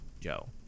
Joe